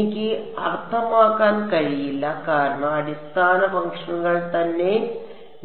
എനിക്ക് അർത്ഥമാക്കാൻ കഴിയില്ല കാരണം അടിസ്ഥാന ഫംഗ്ഷനുകൾ തന്നെ